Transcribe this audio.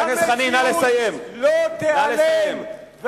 המציאות לא תיעלם,